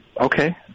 Okay